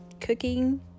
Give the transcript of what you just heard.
cooking